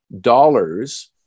dollars